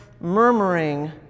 murmuring